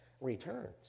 returns